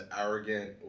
arrogant